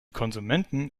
konsumenten